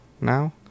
now